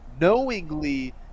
knowingly